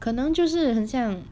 可能就是很像